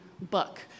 book